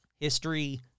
history